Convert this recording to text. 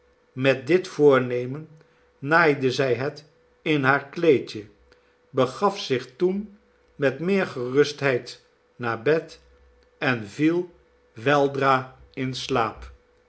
met dit voornemen raaide zij het in haar kleedje begaf zich toen met meer gerustheid naar bed en viel weldra in slaap